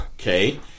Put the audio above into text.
Okay